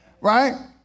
right